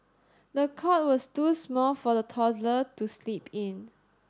the cot was too small for the toddler to sleep in